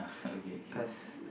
cause